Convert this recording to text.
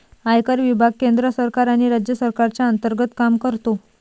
आयकर विभाग केंद्र सरकार आणि राज्य सरकारच्या अंतर्गत काम करतो